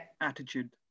attitude